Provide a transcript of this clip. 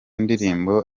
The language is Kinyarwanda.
ndirimbo